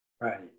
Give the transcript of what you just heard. Right